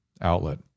outlet